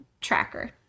Tracker